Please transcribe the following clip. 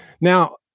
Now